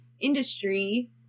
industry